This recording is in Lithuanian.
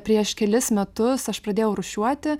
prieš kelis metus aš pradėjau rūšiuoti